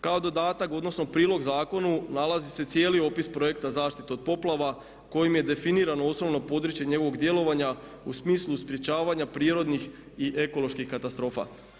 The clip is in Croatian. Kao dodatak, odnosno prilog zakonu nalazi se cijeli opis projekta zaštite od poplava kojim je definirano osnovno područje njegovog djelovanja u smislu sprječavanja prirodnih i ekoloških katastrofa.